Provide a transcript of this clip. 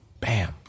Bam